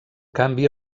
canvi